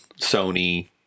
Sony